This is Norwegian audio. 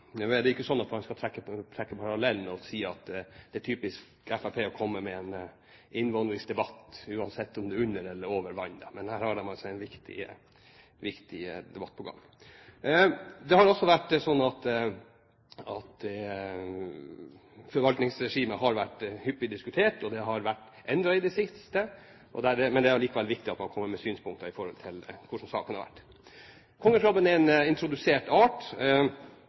Det er ikke slik at en skal trekke parallellen og si at det er typisk Fremskrittspartiet å komme med en innvandringsdebatt, uansett om det er under eller over vann, men her har de en viktig debatt på gang. Det har også vært slik at forvaltningsregimet har vært hyppig diskutert, og det har vært endret i det siste. Men det er likevel viktig at man kommer med synspunkter med tanke på hvordan saken har vært. Kongekrabben er som sagt en introdusert art,